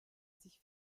sich